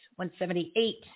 178